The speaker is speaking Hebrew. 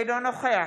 אינו נוכח